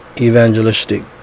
evangelistic